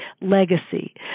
legacy